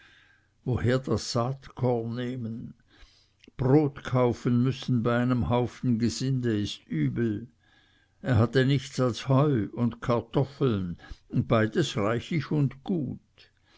woher das saatkorn nehmen brot kaufen müssen bei einem haufen gesinde ist übel er hatte nichts als heu und kartoffeln beides reichlich und gut